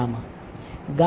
પોતે જ